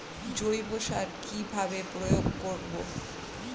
জৈব সার কি ভাবে প্রয়োগ করব?